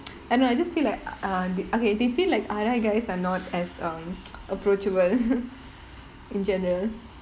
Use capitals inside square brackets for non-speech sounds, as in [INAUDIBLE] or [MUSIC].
[NOISE] I don't know I just feel uh the~ okay they feel like R_I guys are not as um approachable [LAUGHS] in general